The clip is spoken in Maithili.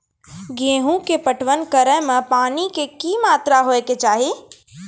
गेहूँ के पटवन करै मे पानी के कि मात्रा होय केचाही?